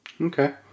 Okay